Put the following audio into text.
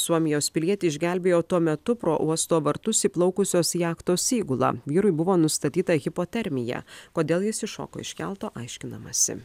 suomijos pilietį išgelbėjo tuo metu pro uosto vartus įplaukusios jachtos įgula vyrui buvo nustatyta hipotermija kodėl jis iššoko iš kelto aiškinamasi